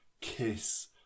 kiss